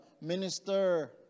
minister